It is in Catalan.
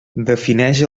defineix